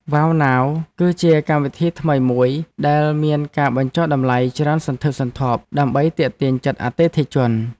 វ៉ៅណាវ គឺជាកម្មវិធីថ្មីមួយដែលមានការបញ្ចុះតម្លៃច្រើនសន្ធឹកសន្ធាប់ដើម្បីទាក់ទាញចិត្តអតិថិជន។